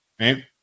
right